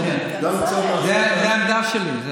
זו העמדה שלי.